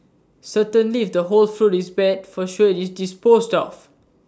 certainly if the whole fruit is bad for sure IT is disposed of